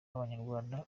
abanyarwenya